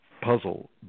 puzzle